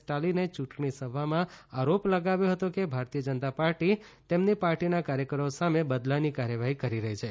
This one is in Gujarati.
સ્ટાલિને ચૂંટણી સભામાં આરોપ લગાવ્યો હતો કે ભારતીય જનતા પાર્ટી તેમની પાર્ટીના કાર્યકરો સામે બદલાની કાર્યવાહી કરી રહી છે